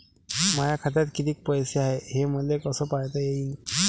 माया खात्यात कितीक पैसे हाय, हे मले कस पायता येईन?